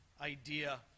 idea